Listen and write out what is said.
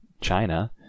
China